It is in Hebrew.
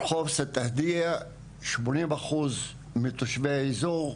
ברחוב סטדייה, שמונים אחוז מתושבי האזור,